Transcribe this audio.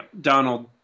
Donald